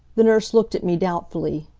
the nurse looked at me, doubtfully.